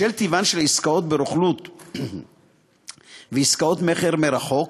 בשל טיבן של עסקאות ברוכלות ועסקאות מכר מרחוק,